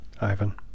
Ivan